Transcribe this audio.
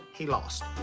he lost.